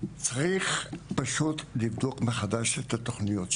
צריך פשוט לבדוק מחדש את התוכניות שלכם.